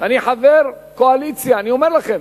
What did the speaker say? אני חבר קואליציה, ואני אומר לכם,